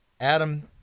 Adam